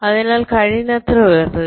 അതിനാൽ കഴിയുന്നത്ര ഉയർത്തുക